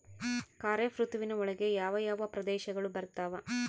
ಖಾರೇಫ್ ಋತುವಿನ ಒಳಗೆ ಯಾವ ಯಾವ ಪ್ರದೇಶಗಳು ಬರ್ತಾವ?